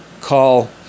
call